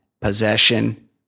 possession